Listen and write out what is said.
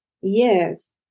Yes